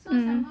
mm